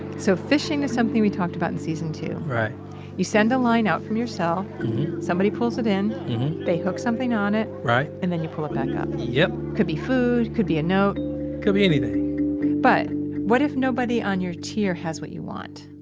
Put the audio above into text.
so fishing is something we talked about in season two right you send a line out from your cell mhm somebody pulls it in mhm they hook something on it right and then you pull it back up yep could be food, could be a note could be anything but what if nobody on your tier has what you want?